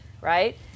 right